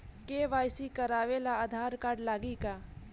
KYC करावे ला Aadhaar card लागी का?